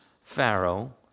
Pharaoh